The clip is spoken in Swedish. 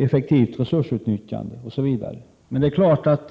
effektivt resursutnyttjande OSV.